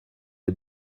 est